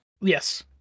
yes